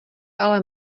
ale